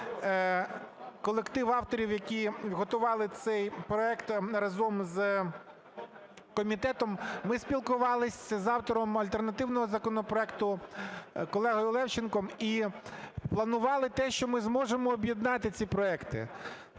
колектив авторів, які готували цей проект разом з комітетом, ми спілкувались з автором альтернативного законопроекту – колегою Левченком і планували те, що ми зможемо об'єднати ці проекти.